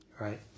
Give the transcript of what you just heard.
right